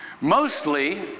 Mostly